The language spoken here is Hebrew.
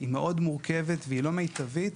היא מאוד מורכבת ולא מיטבית.